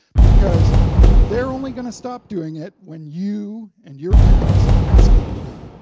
because they're only going to stop doing it when you and your parents ask them to.